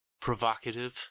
Provocative